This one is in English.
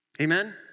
Amen